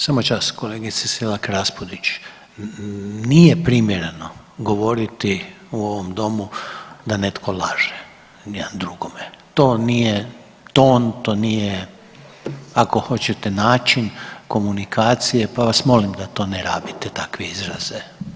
Samo čas kolegice Selak Raspudić, nije primjereno govoriti u ovom domu da netko laže jedan drugome, to nije ton, to nije ako hoćete način komunikacije pa vas molim da to ne rabite takve izraze.